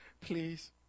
please